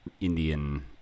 Indian